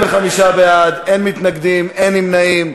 25 בעד, אין מתנגדים, אין נמנעים.